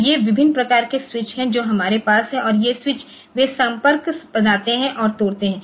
तो ये विभिन्न प्रकार के स्विच हैं जो हमारे पास हैं और ये स्विच वे संपर्क बनाते और तोड़ते हैं